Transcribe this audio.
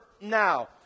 now